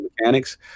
mechanics